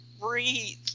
breathe